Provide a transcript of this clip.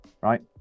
right